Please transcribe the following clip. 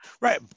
right